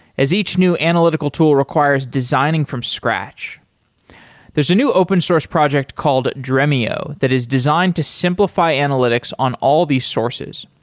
as each new analytical tool requires designing from scratch there's a new open source project called dremio that is designed to simplify analytics on all these sources.